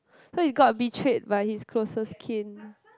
so he got betrayed by his closest kin